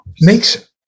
makes